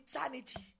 eternity